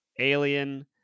alien